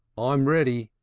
i'm ready,